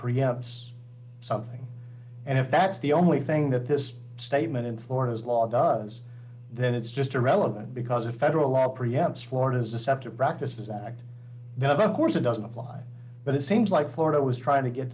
perhaps something and if that's the only thing that this statement in florida's law does then it's just irrelevant because a federal law perhaps florida's deceptive practices act course it doesn't apply but it seems like florida was trying to get